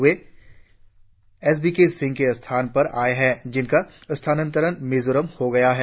वे S B K Singh के स्थान पर आए है जिनका स्थानांतरण मिजोरम हो गया है